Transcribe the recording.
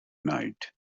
night